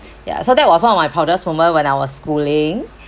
ya so that was one of my proudest moment when I was schooling